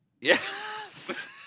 Yes